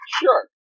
sure